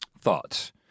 thoughts